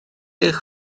eich